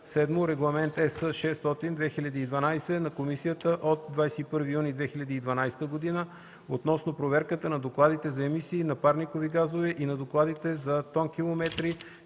7. Регламент (ЕС) № 600/2012 на Комисията от 21 юни 2012 г. относно проверката на докладите за емисии на парникови газове и на докладите за тонкилометри